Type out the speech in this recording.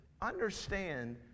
understand